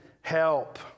help